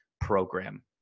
program